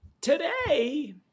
today